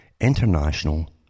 international